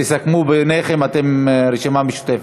תסכמו ביניכם, אתם הרשימה המשותפת.